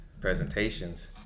presentations